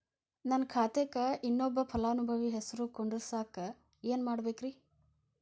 ನನ್ನ ಖಾತೆಕ್ ಇನ್ನೊಬ್ಬ ಫಲಾನುಭವಿ ಹೆಸರು ಕುಂಡರಸಾಕ ಏನ್ ಮಾಡ್ಬೇಕ್ರಿ?